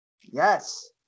Yes